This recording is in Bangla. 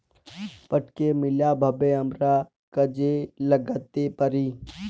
পাটকে ম্যালা ভাবে আমরা কাজে ল্যাগ্যাইতে পারি